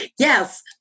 Yes